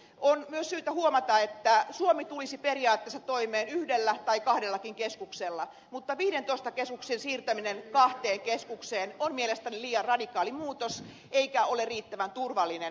on myös syytä huomata että suomi tulisi periaatteessa toimeen yhdellä tai kahdella keskuksella mutta viidentoista keskuksen siirtäminen kahteen keskukseen on mielestäni liian radikaali muutos eikä ole riittävän turvallinen toteutettavaksi